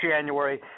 January